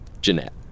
Jeanette